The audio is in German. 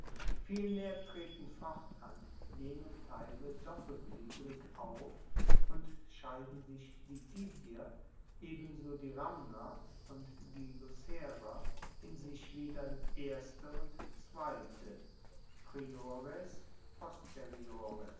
vielmehr treten fortan jene teile doppelgliedrig auf und scheiden sich die titier ebenso die ramner und die lucerer in sich wieder in erste und zweite